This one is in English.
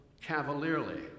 cavalierly